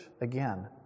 again